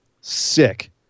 sick